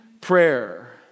prayer